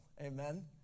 Amen